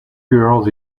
girls